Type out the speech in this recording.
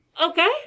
okay